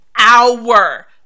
hour